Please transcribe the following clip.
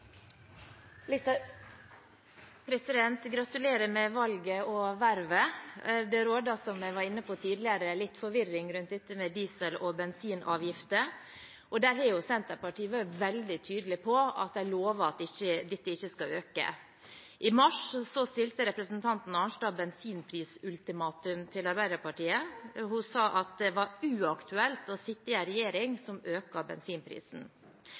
Gratulerer med valget og vervet! Det råder, som jeg var inne på tidligere, litt forvirring rundt dette med diesel- og bensinavgifter. Senterpartiet har vært veldig tydelig på og lovet at dette ikke skal øke. I mars stilte representanten Arnstad bensinprisultimatum til Arbeiderpartiet. Hun sa at det var uaktuelt å sitte i en regjering som øker bensinprisen.